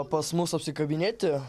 pas mus apsikabinėti